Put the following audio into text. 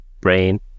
brain